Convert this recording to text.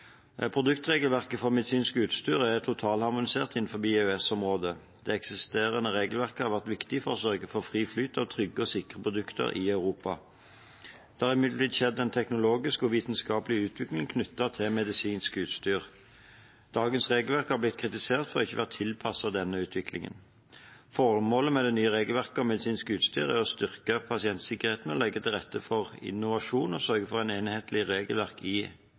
Produktregelverket for medisinsk utstyr er totalharmonisert innenfor EØS-området. Det eksisterende regelverket har vært viktig for å sørge for fri flyt av trygge og sikre produkter i Europa. Det har imidlertid skjedd en teknologisk og vitenskapelig utvikling knyttet til medisinsk utstyr. Dagens regelverk har blitt kritisert for ikke å ha vært tilpasset denne utviklingen. Formålet med det nye regelverket om medisinsk utstyr er å styrke pasientsikkerheten, legge til rette for innovasjon og sørge for et enhetlig regelverk i